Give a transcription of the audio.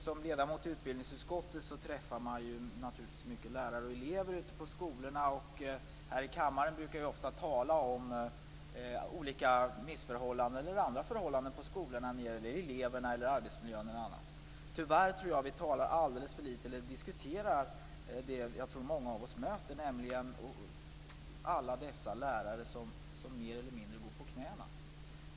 Som ledamot i utbildningsutskottet träffar man naturligtvis många lärare och elever ute på skolorna. Här i kammaren brukar vi ofta tala om olika missförhållanden och andra förhållanden på skolorna när det gäller eleverna, arbetsmiljön eller något annat. Tyvärr tror jag att vi alldeles för litet diskuterar det många av oss möter, nämligen alla dessa lärare som mer eller mindre går på knäna.